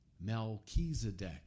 Melchizedek